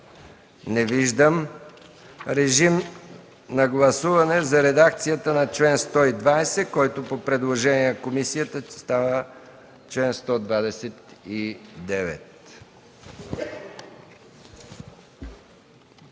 Не виждам. Моля, гласувайте редакцията на чл. 120, който по предложение на комисията става чл. 129.